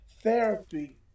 therapy